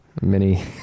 mini